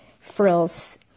frills